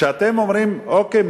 כשאתם אומרים: אוקיי,